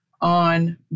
on